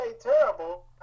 terrible